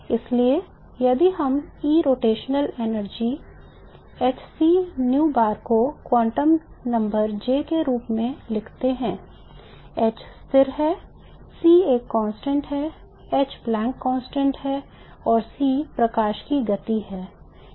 इसलिए यदि हम E रोटेशनल ऊर्जा को क्वांटम संख्या J के अनुरूप लिखते हैं h स्थिर है c एक कांस्टेंट है h प्लैंक कांस्टेंट है c प्रकाश की गति है